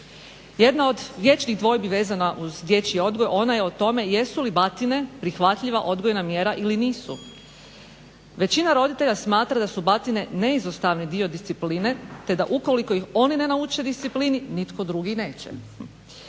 Jedna od vječnih dvojbi vezana uz dječji odgoj ona je o tome jesu li batine prihvatljiva odgojna mjera ili nisu. Većina roditelja smatra da su batine neizostavni dio discipline te da ukoliko ih oni ne nauče disciplini nitko drugi neće.